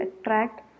attract